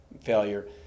failure